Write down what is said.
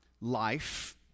life